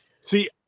See